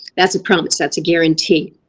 that's a promise, that's a guarantee.